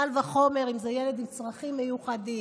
קל וחומר אם זה ילד עם צרכים מיוחדים.